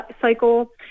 cycle